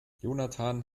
jonathan